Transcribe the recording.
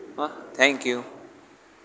હં thank you